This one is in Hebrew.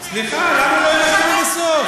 סליחה, למה לא עד הסוף?